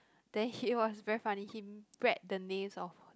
then he was very funny he read the names of